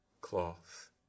cloth